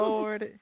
Lord